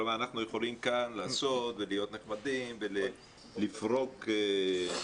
כלומר אנחנו יכולים כאן לעשות ולהיות נחמדים ולפרוק תסכולים,